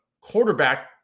quarterback